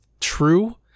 true